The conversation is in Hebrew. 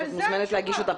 את מוזמנת להגיש אותן.